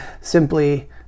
simply